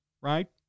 right